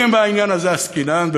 ואם בעניין הזה עסקינן,